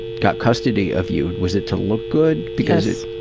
got custody of you? was it to look good because it